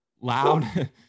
loud